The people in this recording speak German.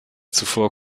zuvor